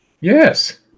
Yes